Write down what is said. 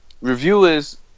reviewers